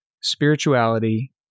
spirituality